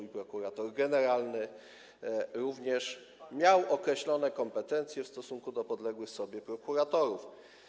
i prokurator generalny również miał określone kompetencje w stosunku do podległych sobie prokuratorów.